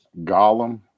Gollum